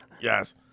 Yes